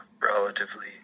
relatively